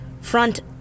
Front